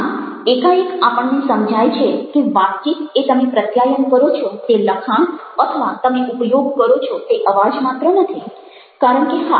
આમ એકાએક આપણને સમજાય છે કે વાતચીત એ તમે પ્રત્યાયન કરો છો તે લખાણ અથવા તમે ઉપયોગ કરો છો તે અવાજ માત્ર નથી કારણ કે હા